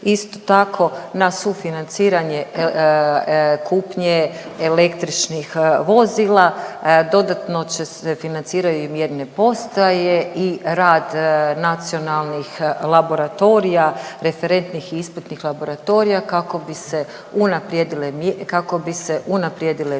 Isto tako na sufinanciranje kupnje električnih vozila dodatno se financiraju i mjerne postaje i rad nacionalnih laboratorija, referentnih i ispitnih laboratorija kako bi se unaprijedile, kako